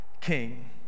King